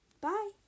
bye